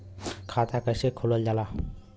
खाता कैसे खोलल जाला?